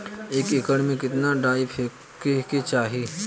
एक एकड़ में कितना डाई फेके के चाही?